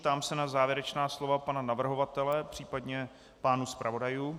Ptám se na závěrečná slova pana navrhovatele, případně pánů zpravodajů.